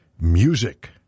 music